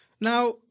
Now